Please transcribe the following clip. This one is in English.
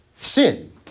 Sin